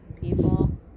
people